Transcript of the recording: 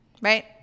Right